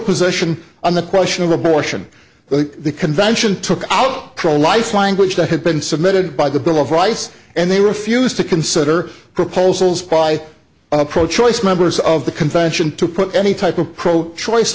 position on the question of abortion the convention took out pro life language that had been submitted by the bill of rights and they refused to consider proposals by a pro choice members of the convention to put any type of pro choice